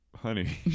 Honey